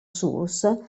source